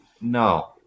no